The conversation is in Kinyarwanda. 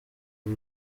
uru